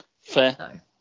Fair